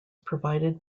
provided